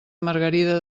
margarida